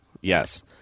Yes